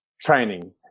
training